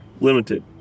limited